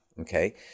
okay